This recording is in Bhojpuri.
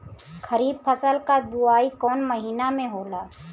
खरीफ फसल क बुवाई कौन महीना में होला?